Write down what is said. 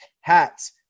hats